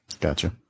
Gotcha